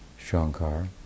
Shankar